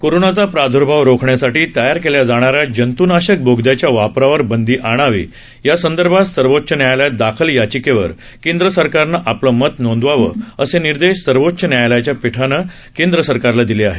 कोरोनाचा प्रादुर्भाव रोखण्यासाठी तयार केल्या जाणाऱ्या जंतूनाशक बोगद्याच्या वापरावर बंदी आणावी या संदर्भात सर्वोच्च न्यायालयात दाखल याचीकेवर केंद्र सरकारनं आपलं मत नोंदवावं असे निर्देश सर्वोच्च न्यायालयाच्या पीठानं केंद्र सरकारला दिले आहेत